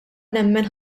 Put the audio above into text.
nemmen